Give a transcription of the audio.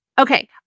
Okay